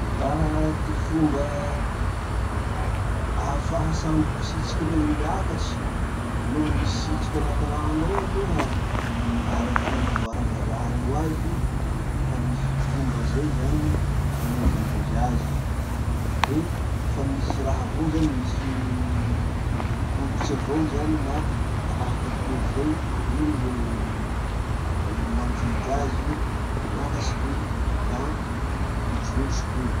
Laha ty fomba ahafaha sambo mpisitriky rey miakatry noho misitriky anaty rano ao aloha, araky ty nanamboara vazaha reo azy, fa misy fomba zay zany nanovandrozy azy. Le fa misy raha avao zany, misy bokitry avao zany na raha kelikely zay, ino ro mandidy azy hoe miakatry toy na mijotso toy.